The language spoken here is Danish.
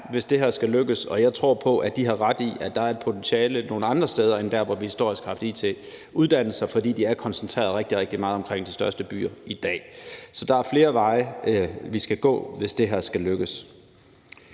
hvis det her skal lykkes, og jeg tror på, at de har ret i, at der er et potentiale nogle andre steder end der, hvor vi historisk har haft it-uddannelser, fordi de er koncentreret rigtig, rigtig meget omkring de største byer i dag. Så der er flere veje, vi skal gå, hvis det her skal lykkes.